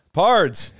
pards